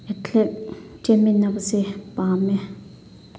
athlete ꯆꯦꯟꯃꯤꯟꯅꯕꯁꯦ ꯄꯥꯝꯃꯦ